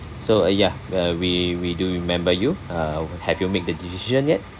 so uh ya well we we do remember you uh have you make the decision yet